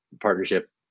partnership